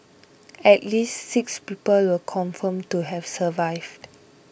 at least six people were confirmed to have survived